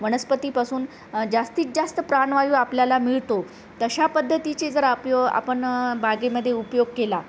वनस्पतीपासून जास्तीत जास्त प्राणवायू आपल्याला मिळतो तशा पद्धतीचे जर आप्यो आपण बागेमध्ये उपयोग केला